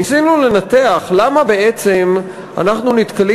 ניסינו לנתח למה בעצם אנחנו נתקלים